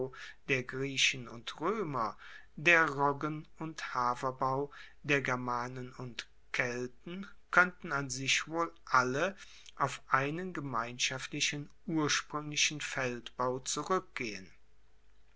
der griechen und roemer der roggen und haferbau der germanen und kelten koennten an sich wohl alle auf einen gemeinschaftlichen urspruenglichen feldbau zurueckgehen